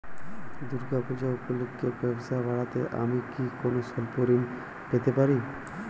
দূর্গা পূজা উপলক্ষে ব্যবসা বাড়াতে আমি কি কোনো স্বল্প ঋণ পেতে পারি?